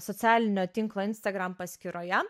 socialinio tinklo instagram paskyroje